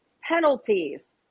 penalties